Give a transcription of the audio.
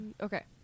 Okay